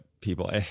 people